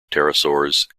pterosaurs